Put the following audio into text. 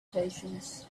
patience